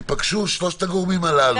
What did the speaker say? אני מבקש ששלוש הגורמים הללו ייפגשו.